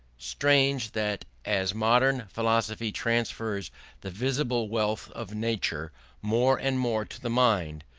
strange that as modern philosophy transfers the visible wealth of nature more and more to the mind,